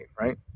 right